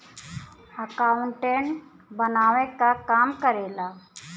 accountant बनावे क काम करेला